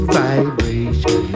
vibration